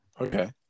Okay